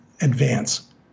advance